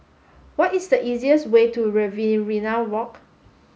what is the easiest way to Riverina Walk